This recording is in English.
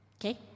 Okay